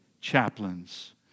chaplains